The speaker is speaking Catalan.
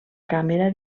càmera